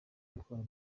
gutwara